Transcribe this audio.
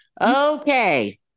Okay